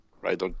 right